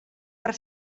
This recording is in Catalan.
per